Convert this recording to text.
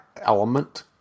element